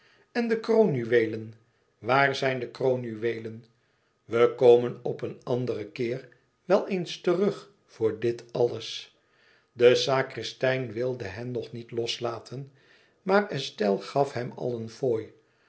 en de kroonjuweelen waar zijn de kroonjuweelen we komen op een anderen keer wel eens terug voor dit alles de sacristein wilde hen nog niet loslaten maar estelle gaf hem al een fooi